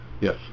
Yes